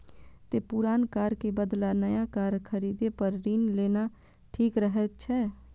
तें पुरान कार के बदला नया कार खरीदै पर ऋण लेना ठीक रहै छै